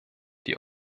die